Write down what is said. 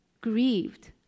grieved